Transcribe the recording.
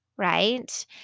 Right